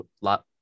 lot